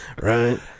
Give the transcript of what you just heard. Right